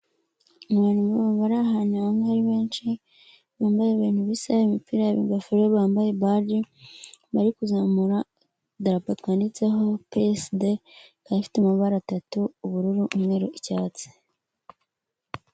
Abantu bari ahantu hamwe ari benshi bambaye ibintu bisa, imipira yabo, ingofero, bambaye baji, bari kuzamura idarapo ryanditseho PSD rifite amabara atatu ubururu, umweru n’icyatsi.